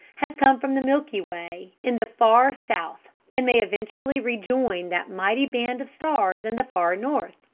has come from the milky way in the far south and may eventually rejoin that mighty band of stars in the far north.